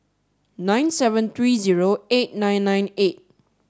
nine seven three zero eight nine nine eight